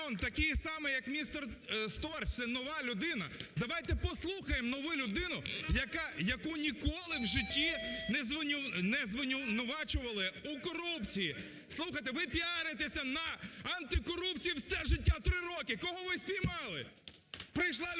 такий самий як містер Сторч, цен нова людина. Давайте послухаємо нову людину, яку ніколи в житті не звинувачували у корупції? Слухайте, ви піаритися на антикорупції все життя, 3 роки, кого ви спіймали? Прийшла людина,